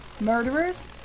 Murderers